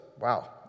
wow